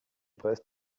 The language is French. brest